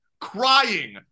crying